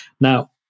Now